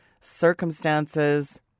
circumstances